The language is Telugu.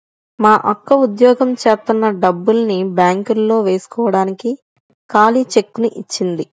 మా అక్క ఉద్యోగం జేత్తన్న డబ్బుల్ని బ్యేంకులో వేస్కోడానికి ఖాళీ చెక్కుని ఇచ్చింది